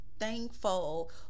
thankful